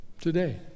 today